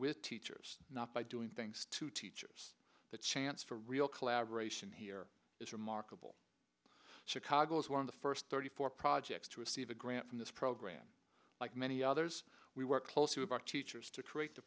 with teachers not by doing things to teachers the chance for real collaboration here it's remarkable chicago's one of the first thirty four projects to receive a grant from this program like many others we worked closely with our teachers to create t